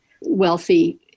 wealthy